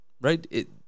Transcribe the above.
right